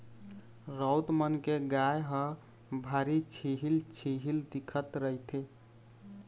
राउत मन के गाय ह भारी छिहिल छिहिल दिखत रहिथे